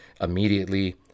immediately